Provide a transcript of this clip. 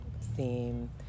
theme